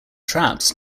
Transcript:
traps